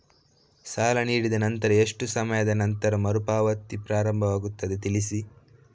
ಸಾಲ ನೀಡಿದ ನಂತರ ಎಷ್ಟು ಸಮಯದ ನಂತರ ಮರುಪಾವತಿ ಪ್ರಾರಂಭವಾಗುತ್ತದೆ ತಿಳಿಸಿ?